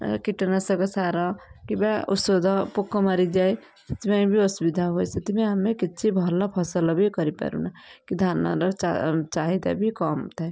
କୀଟନାଶକ ସାର କିବା ଔଷଧ ପୋକ ମାରିଯାଏ ସେଥିପାଇଁ ବି ଅସୁବିଧା ହୁଏ ସେଥିପାଇଁ ଆମେ କିଛି ଭଲ ଫସଲ ବି କରିପାରୁନା କି ଧାନର ଚା ଚାହିଦା ବି କମ ଥାଏ